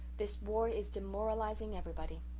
this war is demoralizing everybody.